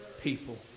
people